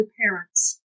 parents